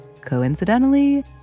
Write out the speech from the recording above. Coincidentally